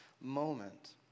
moment